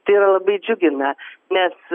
tai yra labai džiugina nes